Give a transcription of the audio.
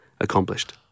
accomplished